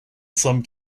some